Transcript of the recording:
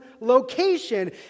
location